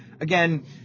again